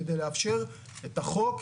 כדי לאפשר את החוק,